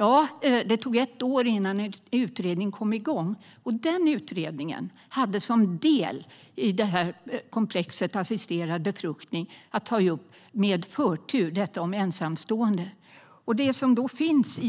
skyndsamt? Det tog ett år innan utredningen kom igång. Den utredningen hade som del i komplexet assisterad befruktning att med förtur ta upp detta med ensamstående föräldrar.